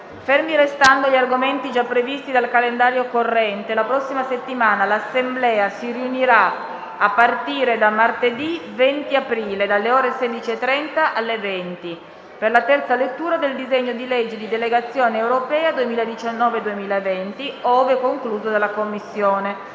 Fermi restando gli argomenti già previsti dal calendario corrente, la prossima settimana l'Assemblea si riunirà a partire da martedì 20 aprile, dalle ore 16,30 alle 20, per la terza lettura del disegno di legge di delegazione europea 2019-2020, ove concluso della Commissione,